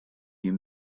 you